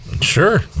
Sure